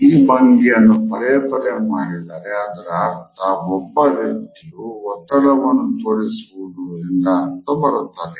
ಈ ಭಂಗಿಯನ್ನು ಪದೇ ಪದೇ ಮಾಡಿದರೆ ಅದರ ಅರ್ಥ ಒಬ್ಬ ವ್ಯಕ್ತಿಯ ಒತ್ತಡವನ್ನು ತೋರಿಸುವುದು ಎಂಬ ಅರ್ಥ ಬರುತ್ತದೆ